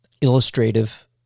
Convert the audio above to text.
illustrative